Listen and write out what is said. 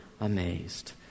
amazed